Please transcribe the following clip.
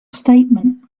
statement